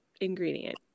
ingredient